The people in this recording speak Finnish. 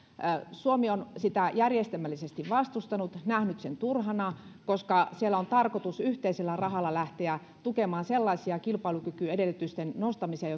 suomi on sitä järjestelmällisesti vastustanut nähnyt sen turhana koska siellä on tarkoitus yhteisellä rahalla lähteä tukemaan sellaisia kilpailukykyedellytysten nostamisia